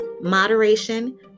moderation